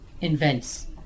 invents